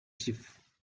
chief